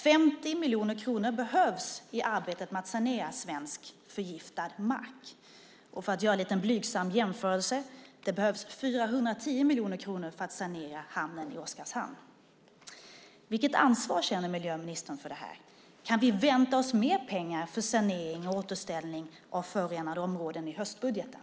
50 miljoner kronor behövs i arbetet med att sanera svensk förgiftad mark. För att göra en liten blygsam jämförelse behövs det 410 miljoner kronor för att sanera hamnen i Oskarshamn. Vilket ansvar känner miljöministern för det här? Kan vi vänta oss mer pengar för sanering och återställning av förorenade områden i höstbudgeten?